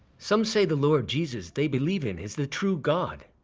some say the lord jesus they believe in is the true god,